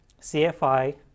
CFI